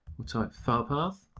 we'll type filepath